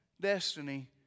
destiny